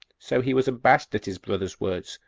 so he was abashed at his brother's words,